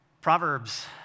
Proverbs